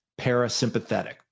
parasympathetic